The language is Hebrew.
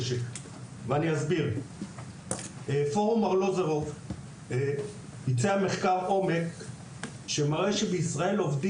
פורום ארלוזורוב ביצע מחקר עומק שמראה שבישראל עובדים 9%